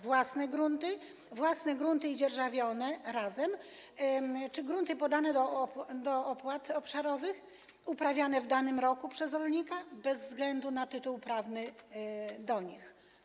Własne grunty, grunty własne i dzierżawione razem czy grunty zgłoszone do opłat obszarowych, uprawiane w danym roku przez rolnika, bez względu na tytuł prawny do nich.